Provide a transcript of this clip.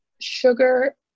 sugar